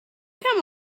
come